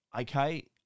okay